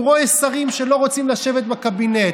הוא רואה שרים שלא רוצים לשבת בקבינט,